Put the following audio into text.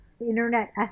internet